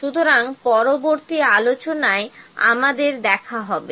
সুতরাং পরবর্তী আলোচনায় আমাদের দেখা হবে